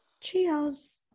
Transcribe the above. Cheers